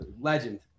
Legend